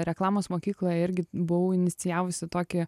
reklamos mokykloje irgi buvau inicijavusi tokį